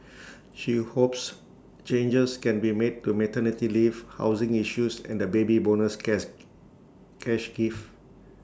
she hopes changes can be made to maternity leave housing issues and the Baby Bonus cash cash gift